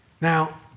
Now